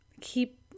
Keep